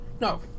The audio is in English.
No